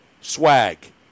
swag